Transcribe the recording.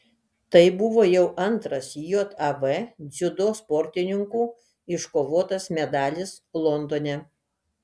tai buvo jau antras jav dziudo sportininkų iškovotas medalis londone